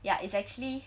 ya it's actually